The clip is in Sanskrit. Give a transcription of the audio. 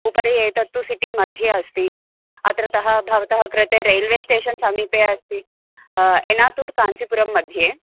उपरि एतत्तु सिटि मध्ये अस्ति अत्रतः भवतः कृते रैल्वे स्टेशन् समीपे अस्ति एनातूर् काञ्चिपुरं मध्ये